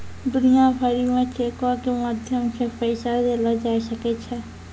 दुनिया भरि मे चेको के माध्यम से पैसा देलो जाय सकै छै